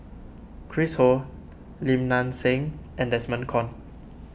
Chris Ho Lim Nang Seng and Desmond Kon